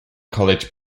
college